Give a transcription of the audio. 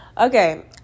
Okay